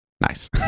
nice